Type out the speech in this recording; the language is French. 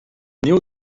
néo